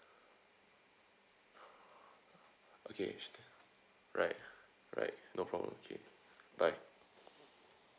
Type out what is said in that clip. okay right right no problem okay bye